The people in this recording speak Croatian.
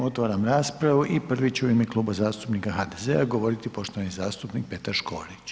Otvaram raspravu i prvi će u ime Kluba zastupnika HDZ-a govoriti poštovani zastupnik Petar Škorić.